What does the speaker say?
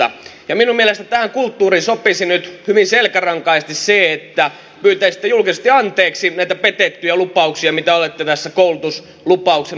minun mielestäni tähän kulttuuriin sopisi nyt hyvin selkärankaisesti se että pyytäisitte julkisesti anteeksi näitä petettyjä lupauksia mitä olette tässä koulutuslupauksen ohella antanut